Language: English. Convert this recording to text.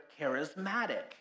charismatic